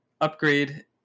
upgrade